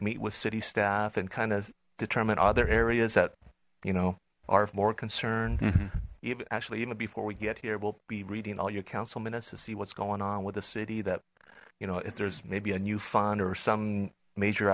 meet with city staff and kind of determine other areas that you know are more concerned actually even before we get here we'll be reading all your council minutes to see what's going on with the city that you know if there's maybe a new fun or some major